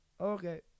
okay